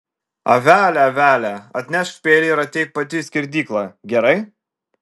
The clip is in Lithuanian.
avele avele atnešk peilį ir ateik pati į skerdyklą gerai